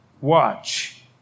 watch